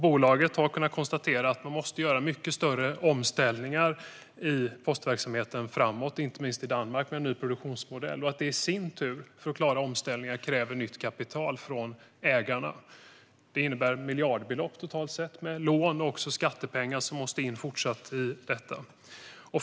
Bolaget har kunnat konstatera att man måste göra mycket större omställningar av postverksamheten framöver, inte minst i Danmark med en ny produktionsmodell. Att klara omställningen kräver nytt kapital från ägarna. Det innebär miljardbelopp totalt sett med lån och skattepengar som även fortsättningsvis måste in i detta.